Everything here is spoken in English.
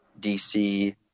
DC